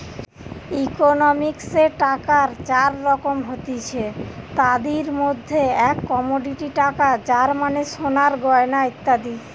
ইকোনমিক্সে টাকার চার রকম হতিছে, তাদির মধ্যে এক কমোডিটি টাকা যার মানে সোনার গয়না ইত্যাদি